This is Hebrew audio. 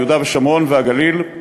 ביהודה ושומרון והגליל,